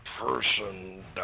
person